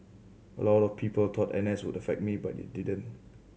a lot of people thought N S would affect me but it didn't